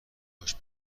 هاش